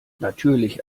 natürlich